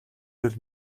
зүйл